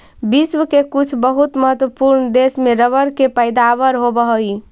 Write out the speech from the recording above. विश्व के कुछ बहुत महत्त्वपूर्ण देश में रबर के पैदावार होवऽ हइ